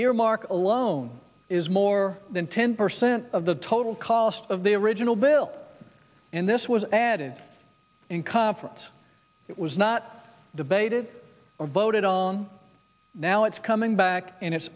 earmark alone is more than ten percent of the total cost of the original bill and this was added in conference it was not debated or voted on now it's coming back and it's